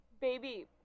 baby